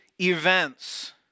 events